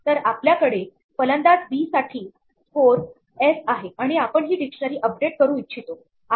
तर आपल्याकडे फलंदाज बी साठी स्कोर एस आहे आणि आपण ही डिक्शनरी अपडेट करू इच्छितो